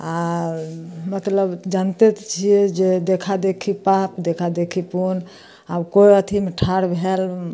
आब मतलब जानिते तऽ छिए जे देखादेखी पाप देखादेखी पुण्य आओर कोइ अथीमे ठाढ़ भेल